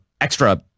extra